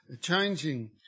changing